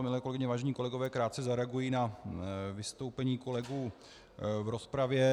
Milé kolegyně, vážení kolegové, krátce zareaguji na vystoupení kolegů v rozpravě.